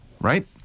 right